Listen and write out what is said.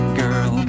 girl